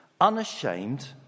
unashamed